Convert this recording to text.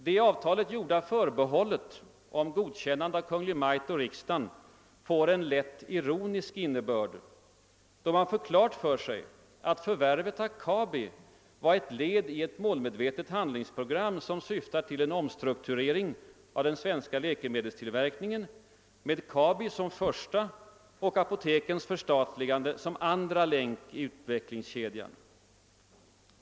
Det i avtalet gjorda förbehållet om godkännande av Kungl. Maj:t och riksdagen får en lätt ironisk innebörd då man fått klart får sig, att förvärvet av Kabi var ett led i ett målmedvetet handlingsprogram, som syftar till en omstrukturering av den svenska läkemedelstillverkningen med Kabi som första och apotekens förstatligande som andra länk i utvecklingskedjan.